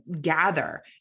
gather